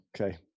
Okay